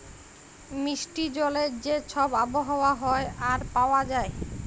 মিষ্টি জলের যে ছব আবহাওয়া হ্যয় আর পাউয়া যায়